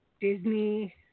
Disney